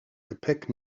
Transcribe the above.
gepäck